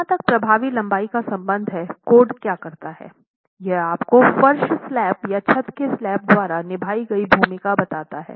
जहां तक प्रभावी लंबाई का संबंध है कोड क्या करता है यह आपको फर्श स्लैब या छत के स्लैब द्वारा निभाई गई भूमिका बताता है